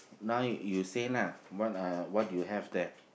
now you you say lah what uh what you have there